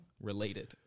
Related